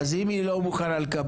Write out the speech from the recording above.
אז אם היא לא מוכנה לקבל,